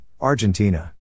Argentina